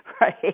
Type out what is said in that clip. right